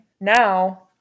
Now